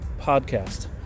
podcast